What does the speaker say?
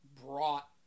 brought